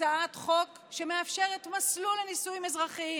הצעת חוק שמאפשרת מסלול לנישואים אזרחיים,